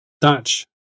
Dutch